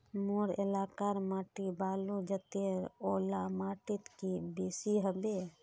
मोर एलाकार माटी बालू जतेर ओ ला माटित की बेसी हबे?